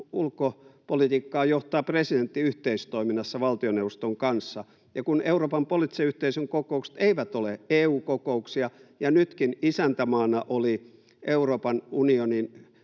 ulkopolitiikkaa johtaa presidentti yhteistoiminnassa valtioneuvoston kanssa ja kun Euroopan poliittisen yhteisön kokoukset eivät ole EU-kokouksia ja nytkin isäntämaana oli Euroopan unionin